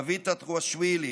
דוד טטרואשוילי,